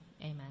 Amen